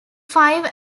five